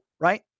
right